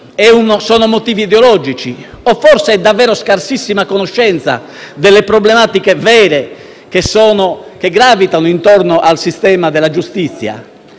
sono motivi ideologici o forse davvero c'è una scarsissima conoscenza delle problematiche vere, che gravitano intorno al sistema della giustizia.